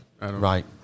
Right